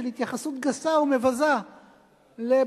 של התייחסות גסה ומבזה לבנות,